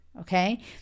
okay